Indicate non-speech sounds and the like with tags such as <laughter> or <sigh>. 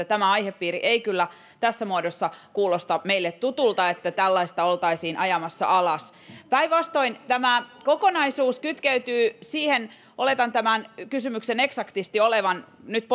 <unintelligible> tämä aihepiiri ei kyllä tässä muodossa kuulosta meille tutulta se että tällaista oltaisiin ajamassa alas päinvastoin tämä kokonaisuus kytkeytyy siihen oletan tämän kysymyksen eksaktisti olevan nyt <unintelligible>